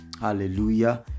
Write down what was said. Hallelujah